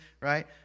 right